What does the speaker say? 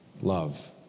love